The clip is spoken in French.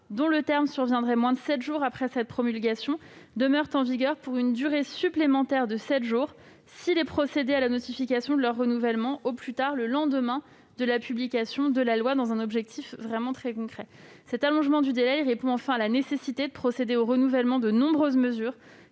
dont le terme surviendrait moins de sept jours après cette promulgation demeurent en vigueur pour une durée supplémentaire de sept jours, s'il est procédé à la notification de leur renouvellement au plus tard le lendemain de la publication de la loi. Cet allongement du délai répond à la nécessité de procéder au renouvellement de nombreuses mesures